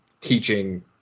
teaching